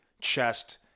chest